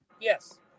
Yes